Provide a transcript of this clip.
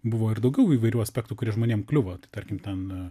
buvo ir daugiau įvairių aspektų kurie žmonėm kliuvo tai tarkim ten